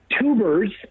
tubers